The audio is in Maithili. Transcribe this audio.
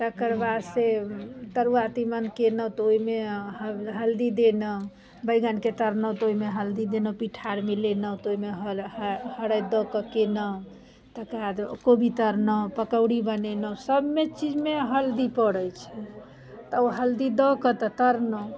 तकर बाद से तरुआ तीमन केलहुँ तऽ ओहिमे हल हल्दी देलहुँ बैगनके तरलहुँ तऽ ओहिमे हल्दी देलहुँ पिठार मिलेलहुँ तऽ ओहिमे हरदि दऽ कऽ केलहुँ तकर बाद कोबी तरलहुँ पकौड़ी बनेलहुँ सभमे चीजमे हल्दी पड़ैत छै तऽ हल्दी दऽ कऽ तऽ तरलहुँ